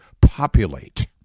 populate